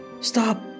Stop